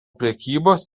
prekybos